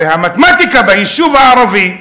הרי המתמטיקה ביישוב הערבי,